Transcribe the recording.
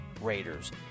Raiders